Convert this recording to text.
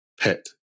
pet